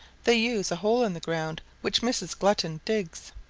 they use a hole in the ground which mrs. glutton digs.